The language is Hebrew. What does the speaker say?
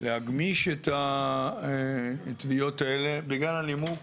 להגמיש את התביעות האלה, בגלל הנימוק